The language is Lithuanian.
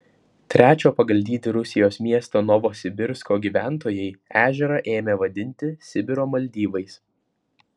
trečio pagal dydį rusijos miesto novosibirsko gyventojai ežerą ėmė vadinti sibiro maldyvais